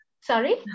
Sorry